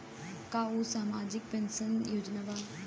का उ सामाजिक पेंशन योजना बा?